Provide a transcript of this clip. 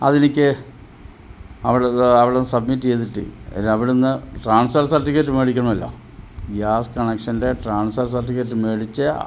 അതെനിക്ക് അവിടെയുള്ള അവിട സബ്മിറ്റ് ചെയ്തിട്ട് അവിടെ നിന്ന് ട്രാൻസ്ഫർ സർട്ടിഫിക്കറ്റ് മേടിക്കണമല്ലോ ഗ്യാസ് കണക്ഷൻ്റെ ട്രാൻസ്ഫർ സർട്ടിഫിക്കറ്റ് മേടിച്ച്